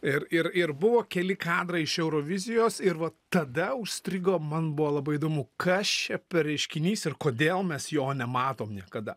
ir ir ir buvo keli kadrai iš eurovizijos ir va tada užstrigo man buvo labai įdomu kas čia per reiškinys ir kodėl mes jo nematom niekada